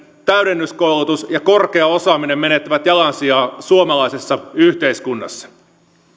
täydennyskoulutus ja korkea osaaminen menettävät jalansijaa suomalaisessa yhteiskunnassa